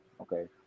Okay